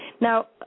now